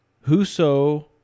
whoso